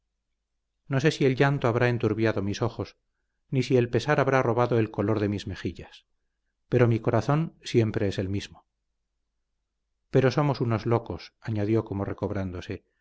no sé si el llanto habrá enturbiado mis ojos ni si el pesar habrá robado el color de mis mejillas pero mi corazón siempre es el mismo pero somos unos locos añadió como